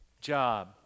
job